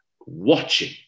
watching